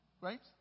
right